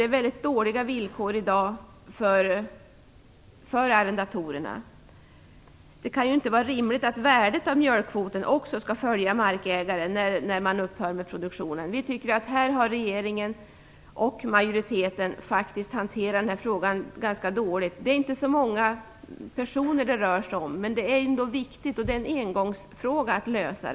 Arrendatorerna har i dag mycket dåliga villkor. Det kan inte vara rimligt att värdet av mjölkkvoten skall följa marken när en arrendator upphör med produktionen. Vi tycker att regeringen och majoriteten faktiskt har hanterat den här frågan ganska dåligt. Det rör sig inte om så många personer, men det är ändå viktigt. Det här problemet kan lösas en gång för alla.